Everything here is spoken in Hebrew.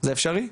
וזה אפשרי.